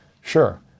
Sure